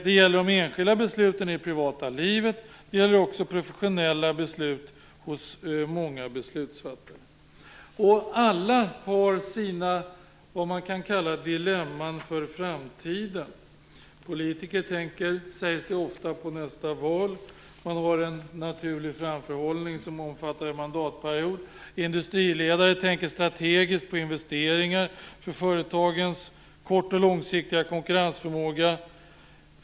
Det gäller de enskilda besluten i det privata livet, och det gäller professionella beslut hos många beslutsfattare. Alla har sina "dilemman för framtiden". Det sägs ofta att politiker tänker på nästa val. Man har en naturlig framförhållning som omfattar en mandatperiod. Industriledare tänker strategiskt på investeringar för företagens kort och långsiktiga konkurrensförmåga.